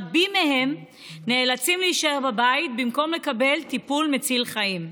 רבים מהם נאלצים להישאר בבית במקום לקבל טיפול מציל חיים.